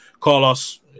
Carlos